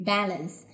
Balance